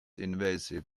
invasive